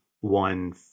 one